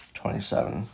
twenty-seven